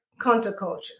counterculture